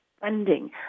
funding